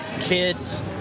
kids